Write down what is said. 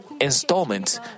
installments